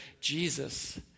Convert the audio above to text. Jesus